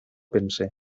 pensé